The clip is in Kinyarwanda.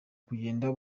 kugenda